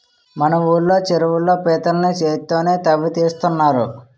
మన ఊళ్ళో చెరువుల్లో పీతల్ని చేత్తోనే తవ్వి తీస్తున్నారు